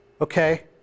Okay